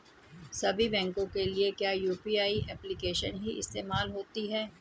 सभी बैंकों के लिए क्या यू.पी.आई एप्लिकेशन ही इस्तेमाल होती है?